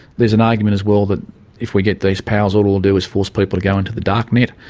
there's an argument as well that if we get these powers all it will do is force people to go into the dark net,